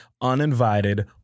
uninvited